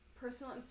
personal